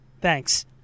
Thanks